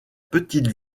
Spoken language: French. petite